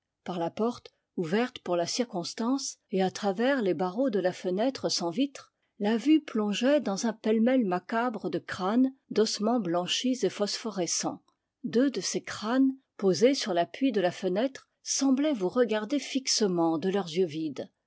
par la porte ouverte pour la circonstance et à travers les barreaux de la fenêtre sans vitres la vue plongeait dans'un pêle-mêle macabre de crânes d'ossements blanchis et phosphorescents deux de ces crânes posés sur l appui de la fenêtre semblaient vous regarder fixement de leurs yeux vides